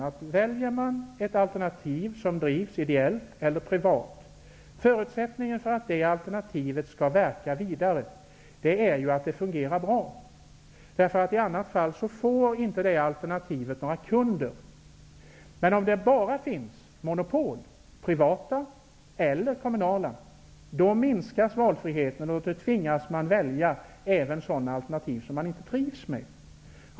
Fördelen med ett alternativ som drivs ideellt eller privat är att förutsättningen för att det skall verka vidare är att det fungerar bra. I annat fall får man inte några kunder. Om det bara finns monopol, privata eller kommunala, minskas valfriheten och man tvingas välja även sådana alternativ som man inte trivs med.